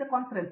professor